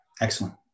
excellent